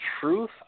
truth